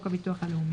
הכבאות וההצלה"